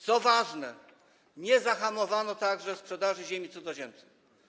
Co ważne, nie zahamowano także sprzedaży ziemi cudzoziemcom.